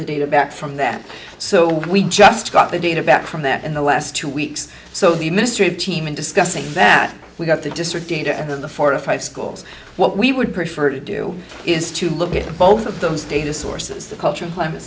the data back from that so we just got the data back from that in the last two weeks so the ministry of team in discussing that we've got the disadvantage of the four to five schools what we would prefer to do is to look at both of those data sources the culture of climate